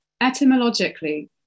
etymologically